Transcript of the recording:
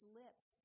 lips